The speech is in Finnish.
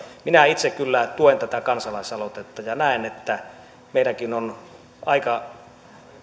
minä itse kyllä tuen tätä kansalaisaloitetta ja näen että meidänkin on aika